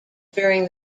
during